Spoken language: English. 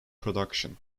production